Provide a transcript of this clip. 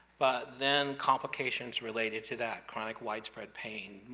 but then complications related to that chronic widespread pain,